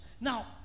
now